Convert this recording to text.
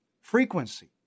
frequency